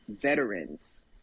veterans